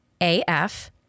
AF